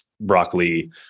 broccoli